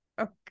Okay